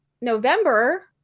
November